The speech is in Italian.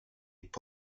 hip